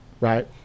right